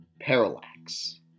Parallax